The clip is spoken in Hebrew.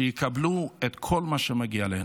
שיקבלו את כל מה שמגיע להן.